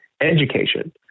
education